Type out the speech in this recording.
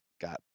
got